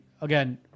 Again